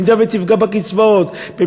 אם תפגע בקצבאות,